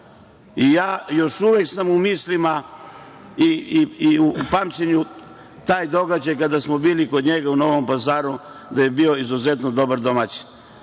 itd. Još uvek sam u mislima i pamtim taj događaj kada smo bili kod njega u Novom Pazaru, da je bio izuzetno dobar domaćin. Da